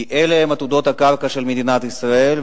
כי אלה הן עתודות הקרקע של מדינת ישראל.